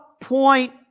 point